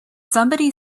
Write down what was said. somebody